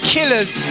Killers